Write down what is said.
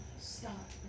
Stop